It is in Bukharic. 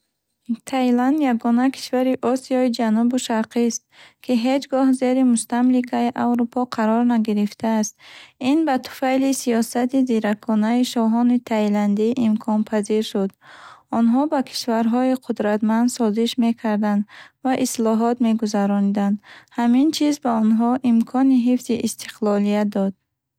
Таиланд ягона кишвари Осиёи Ҷанубу Шарқист, ки ҳеҷ гоҳ зери мустамликаи Аврупо қарор нагирифтааст. Ин ба туфайли сиёсати зираконаи шоҳони таиландӣ имконпазир шуд. Онҳо ба кишварҳои қудратманд созиш мекарданд ва ислоҳот мегузаронданд. Ҳамин чиз ба онҳо имкони ҳифзи истиқлолият дод.